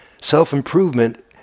Self-improvement